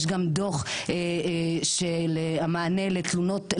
יש גם דו"ח של המענה לתלונות,